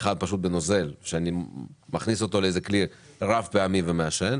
אחד הוא בנוזל שאני מכניס אותו לאיזה כלי רב פעמי ומעשן,